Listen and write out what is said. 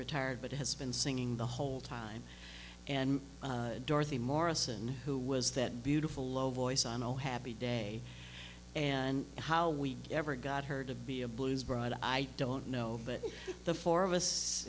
retired but has been singing the whole time and dorothy morrison who was that beautiful low voice on oh happy day and how we ever got her to be a blues bride i don't know but the four of us